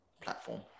platform